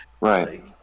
right